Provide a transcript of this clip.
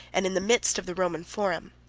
and in the midst of the roman forum.